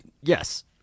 Yes